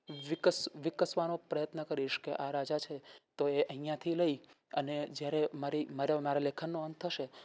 વિકસ વિકસાવવાનો પ્રયત્ન કરીશ કે આ રાજા છે તો એ અહીંથી લઈ અને જ્યારે મારી મારા લેખનનો અંત થશે